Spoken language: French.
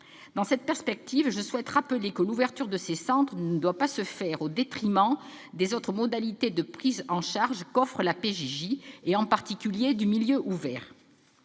Dans cette perspective, je souhaite rappeler que l'ouverture de ces centres ne doit pas se faire au détriment des autres modalités de prise en charge qu'offre la PJJ, et en particulier du milieu ouvert.